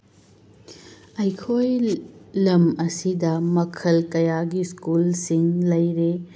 ꯑꯩꯈꯣꯏ ꯂꯝ ꯑꯁꯤꯗ ꯃꯈꯜ ꯀꯌꯥꯒꯤ ꯁ꯭ꯀꯨꯜꯁꯤꯡ ꯂꯩꯔꯤ